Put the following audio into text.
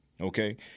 Okay